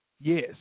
Yes